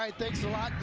um thanks a lot